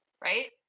Right